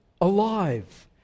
Alive